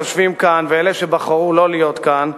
היושבים כאן ואלה שבחרו לא להיות כאן,